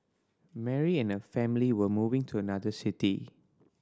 Mary and her family were moving to another city